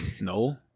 No